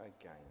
again